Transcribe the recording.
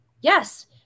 Yes